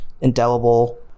indelible